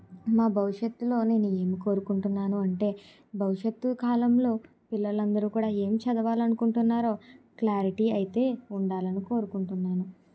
మా భవిష్యత్తులో నేనేమీ కోరుకుంటున్నాను అంటే భవిష్యత్తు కాలంలో పిల్లలందరూ కూడా ఏం చదవాలి అనుకుంటున్నారో క్లారిటీ అయితే ఉండాలని కోరుకుంటున్నాను